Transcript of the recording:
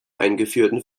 eingeführten